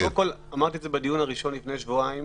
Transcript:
אמרתי את זה בדיון הראשון לפני שבועיים